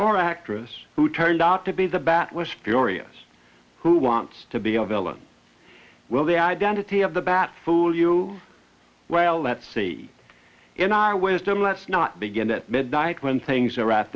or actress who turned out to be the bat was furious who wants to be a villain well the identity of the bat fool you well let's see in our wisdom let's not begin at midnight when things are